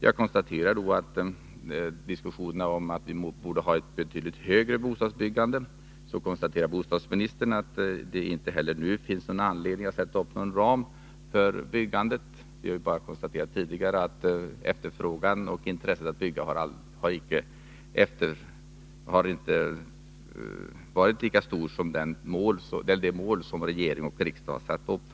Med anledning av diskussionen om att vi borde ha ett betydligt högre bostadsbyggande konstaterar bostadsministern att det inte heller nu finns någon anledning att sätta någon ram för byggandet. Vi har tidigare noterat att varken efterfrågan eller intresset att bygga någonsin har varit i nivå med de mål som regering och riksdag har satt upp.